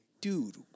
dude